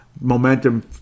momentum